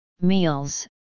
meals